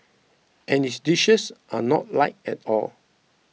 and its dishes are not light at all